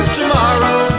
tomorrow